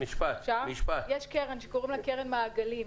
יש קרן מעגלים,